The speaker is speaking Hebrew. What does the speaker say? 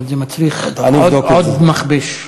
אבל זה מצריך עוד מכבש.